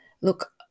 look